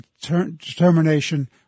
determination